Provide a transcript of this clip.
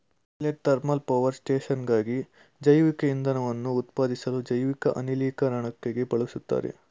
pilot thermal power ಸ್ಟೇಷನ್ಗಾಗಿ ಜೈವಿಕಇಂಧನನ ಉತ್ಪಾದಿಸ್ಲು ಜೈವಿಕ ಅನಿಲೀಕರಣಕ್ಕೆ ಬಳುಸ್ತಾರೆ